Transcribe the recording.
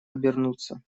обернуться